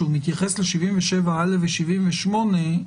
שמתייחס ל-77א ו-78,